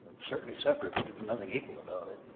certainly separate but there was nothing equal about it.